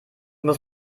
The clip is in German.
muss